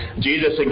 Jesus